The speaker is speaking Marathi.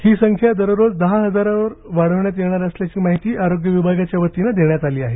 ही संख्या दररोज दहा हजारांवर वाढवण्यात येणार असल्याची माहिती आरोग्य विभागाच्या वतीनं देण्यात आली आहे